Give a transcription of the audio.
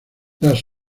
las